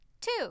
Two